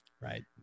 Right